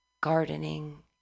gardening